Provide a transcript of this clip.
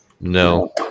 No